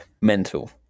mental